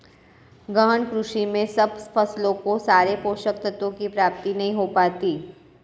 गहन कृषि में सब फसलों को सारे पोषक तत्वों की प्राप्ति नहीं हो पाती